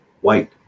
white